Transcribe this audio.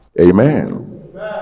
Amen